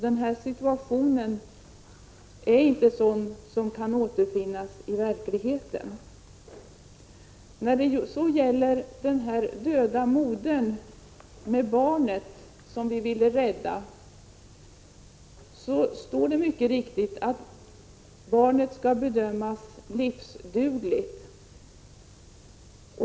Den situation som Margareta Persson här illustrerar återfinns således inte i verkligheten. Sedan något om den situation som uppstår när en moder dör och man vill rädda barnet. Det står mycket riktigt att läsa att barnet skall bedömas vara livsdugligt.